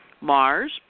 Mars